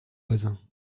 voisins